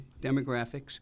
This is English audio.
demographics